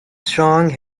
strong